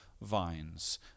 vines